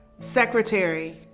secretary,